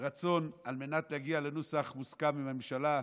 ורצון על מנת להגיע לנוסח מוסכם עם הממשלה.